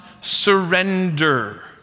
surrender